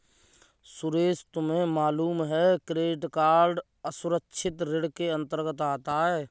सुरेश तुम्हें मालूम है क्रेडिट कार्ड असुरक्षित ऋण के अंतर्गत आता है